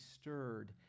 stirred